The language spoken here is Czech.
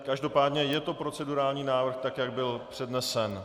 Každopádně je to procedurální návrh tak, jak byl přednesen.